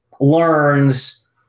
learns